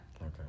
okay